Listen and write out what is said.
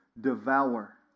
devour